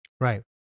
right